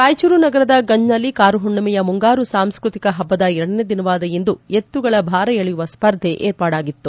ರಾಯಚೂರು ನಗರದ ಗಂಜ್ನಲ್ಲಿ ಕಾರುಹುಣ್ಣಿಮೆಯ ಮುಂಗಾರು ಸಾಂಸ್ಕತಿಕ ಹಬ್ಬದ ಎರಡನೇ ದಿನವಾದ ಇಂದು ಎತ್ತುಗಳ ಭಾರ ಎಳೆಯುವ ಸ್ಪರ್ಧೆ ಏರ್ಪಾಡಾಗಿತ್ತು